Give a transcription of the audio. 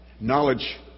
knowledge